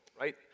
right